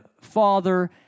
father